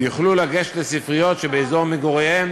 ויוכלו לגשת לספריות שבאזור מגוריהם